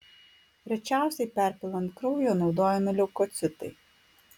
rečiausiai perpilant kraują naudojami leukocitai